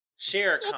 share